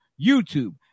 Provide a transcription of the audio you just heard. YouTube